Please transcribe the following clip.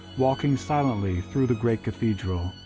walking silently through the great cathedral,